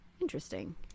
Interesting